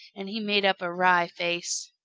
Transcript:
and he made up a wry face.